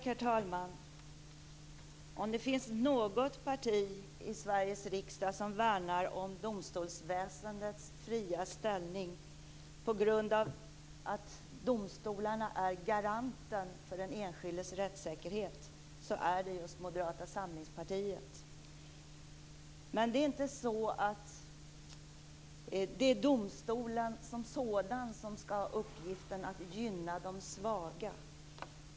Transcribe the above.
Herr talman! Om det finns något parti i Sveriges riksdag som värnar om domstolsväsendets fria ställning så är det just Moderata samlingspartiet. Vi gör det på grund av att domstolarna är garanten för den enskildes rättssäkerhet. Det är inte domstolen som sådan som skall ha uppgiften att gynna de svaga.